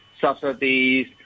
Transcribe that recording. subsidies